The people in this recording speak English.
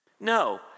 No